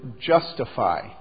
justify